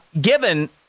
given